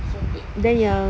here cantik